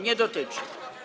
Nie dotyczy.